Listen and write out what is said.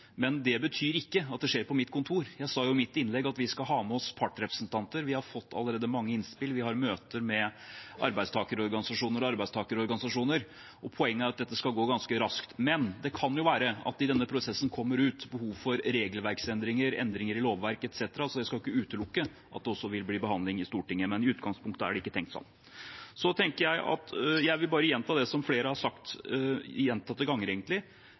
men det betyr ikke at det skjer på mitt kontor. Jeg sa i mitt innlegg at vi skal ha med oss partsrepresentanter, vi har allerede fått mange innspill, vi har møter med arbeidstakerorganisasjonene, og poenget er at dette skal gå ganske raskt. Men det kan jo være at det i denne prosessen kommer behov for regelverksendringer, endringer i lovverk etc., så jeg skal ikke utelukke at det også vil bli behandling i Stortinget. Men i utgangspunktet er det ikke tenkt sånn. Så vil jeg bare gjenta det flere har sagt gjentatte ganger egentlig: